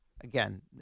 Again